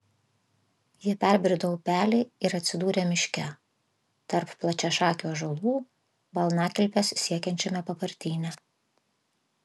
jie perbrido upelį ir atsidūrė miške tarp plačiašakių ąžuolų balnakilpes siekiančiame papartyne